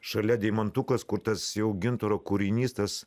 šalia deimantukas kur tas jau gintaro kūrinys tas